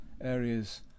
areas